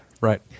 right